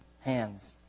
hands